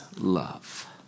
love